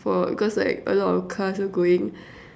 for cause like a lot of cars were going